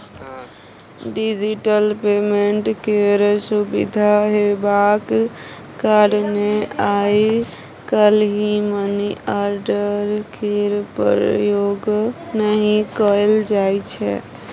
digital payment केर सुविधा हेबाक कारणेँ आइ काल्हि मनीआर्डर केर प्रयोग नहि कयल जाइ छै